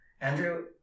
Andrew